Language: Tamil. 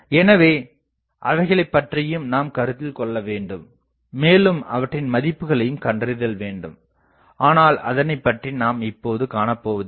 எனவே அவைகளைப் பற்றியும் நாம் கருத்தில் கொள்ள வேண்டும் மேலும் அவற்றின் மதிப்புகளையும் கண்டறிதல் வேண்டும் ஆனால் அதனைப் பற்றி நாம் இப்பொழுது காணப்போவதில்லை